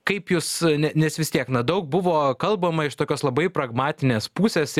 kaip jūs ne nes vis tiek na daug buvo kalbama iš tokios labai pragmatinės pusės